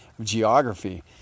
geography